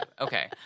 Okay